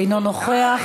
אינו נוכח,